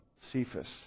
Cephas